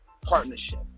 partnership